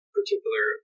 particular